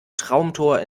traumtor